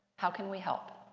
how can we help?